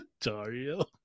Dario